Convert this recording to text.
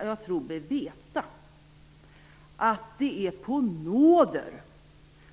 Jag tror mig veta att det är på nåder